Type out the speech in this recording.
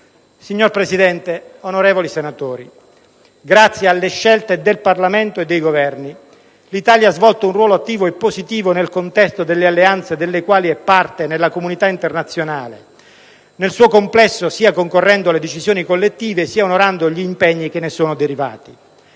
Signor Presidente, onorevoli senatori, grazie alle scelte del Parlamento e dei Governi, l'Italia ha svolto un ruolo attivo e positivo nel contesto delle alleanze delle quali è parte nella comunità internazionale nel suo complesso, sia concorrendo alle decisioni collettive sia onorando gli impegni che ne sono derivati.